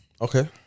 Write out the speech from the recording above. Okay